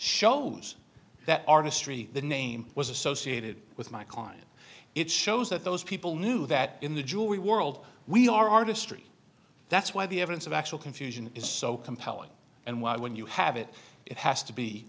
shows that artistry the name was associated with my client it shows that those people knew that in the jewelry world we are artistry that's why the evidence of actual confusion is so compelling and why when you have it it has to be